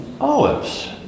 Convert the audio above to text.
Olives